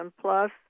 Plus